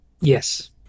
Yes